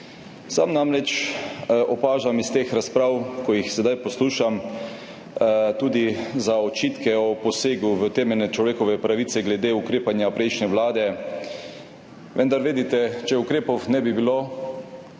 Sam namreč iz teh razprav, ki jih sedaj poslušam, opažam tudi očitke o posegu v temeljne človekove pravice glede ukrepanja prejšnje vlade, vendar vedite, če ukrepov ne bi bilo,